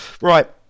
Right